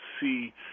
see